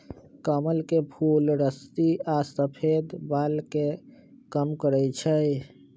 कमल के फूल रुस्सी आ सफेद बाल के कम करई छई